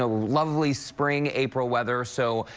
ah lovely spring, april weather. so